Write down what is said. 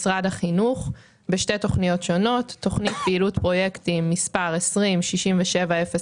משרד החינוך בשתי תוכניות שונות תוכנית פעילות פרויקטים מס' 20-67-01